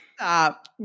Stop